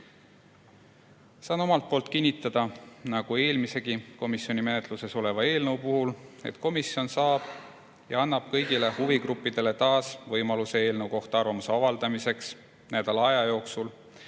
Saan omalt poolt kinnitada, nagu teisegi komisjoni menetluses oleva eelnõu puhul, et komisjon annab kõigile huvigruppidele võimaluse eelnõu kohta arvamust avaldada nädala aja jooksul,